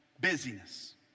busyness